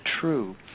true